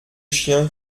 chien